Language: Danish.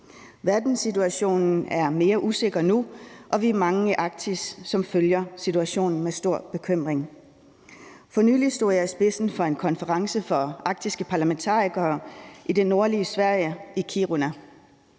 Verdenssituationen er mere usikker nu, og vi er mange i Arktis, som følger situationen med stor bekymring. For nylig stod jeg i spidsen for en konference for Arktiske Parlamentarikere i det nordlige Sverige i Kiruna.